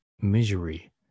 misery